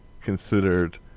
considered